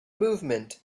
movement